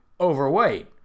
overweight